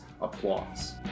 applause